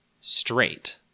straight